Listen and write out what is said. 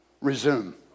Resume